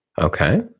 Okay